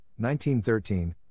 1913